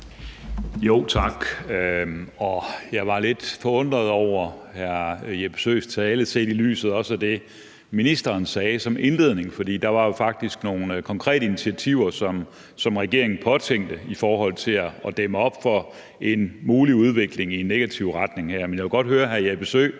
Tak. Jeg var lidt forundret over hr. Jeppe Søes tale, også set i lyset af det, ministeren sagde som indledning, for der var der jo faktisk nogle konkrete initiativer, som regeringen påtænkte i forhold til at dæmme op for en mulig udvikling i en negativ retning her. Men jeg vil godt høre hr. Jeppe Søe,